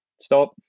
stop